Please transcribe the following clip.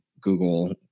Google